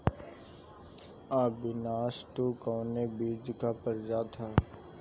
अविनाश टू कवने बीज क प्रजाति ह?